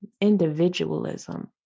individualism